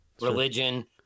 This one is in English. religion